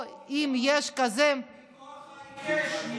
או אם יש כזה מכוח ההיקש מרעיית ראש הממשלה.